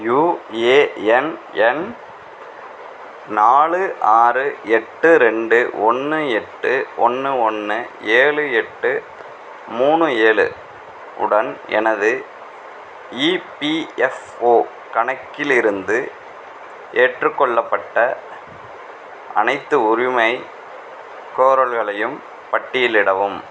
UAN எண் நாலு ஆறு எட்டு ரெண்டு ஒன்று எட்டு ஒன்று ஒன்று ஏழு எட்டு மூணு ஏழு உடன் எனது இபிஎஃப்ஓ கணக்கிலிருந்து ஏற்றுக்கொள்ளப்பட்ட அனைத்து உரிமைக் கோரல்களையும் பட்டியலிடவும்